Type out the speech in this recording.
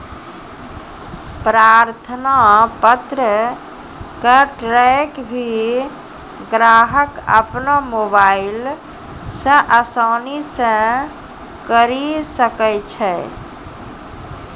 प्रार्थना पत्र क ट्रैक भी ग्राहक अपनो मोबाइल स आसानी स करअ सकै छै